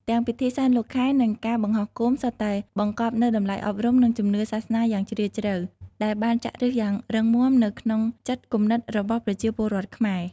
ទាំងពិធីសែនលោកខែ និងការបង្ហោះគោម សុទ្ធតែបង្កប់នូវតម្លៃអប់រំ និងជំនឿសាសនាយ៉ាងជ្រាលជ្រៅ ដែលបានចាក់ឫសយ៉ាងរឹងមាំនៅក្នុងចិត្តគំនិតរបស់ប្រជាពលរដ្ឋខ្មែរ។